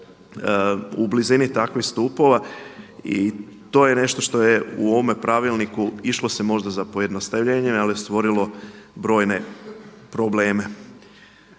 u blizini takvih stupova. I to je nešto što je u ovome Pravilniku išlo se možda za pojednostavljenjem, ali stvorilo brojne probleme.